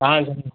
ஆ சரிங்க சார்